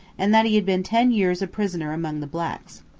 and that he had been ten years a prisoner among the blacks.